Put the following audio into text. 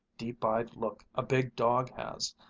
deep-eyed look a big dog has.